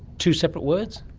two separate words?